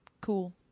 cool